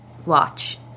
watch